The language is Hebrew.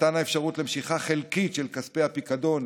מתן אפשרות למשיכה חלקית של כספי הפיקדון